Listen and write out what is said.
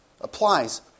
applies